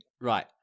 right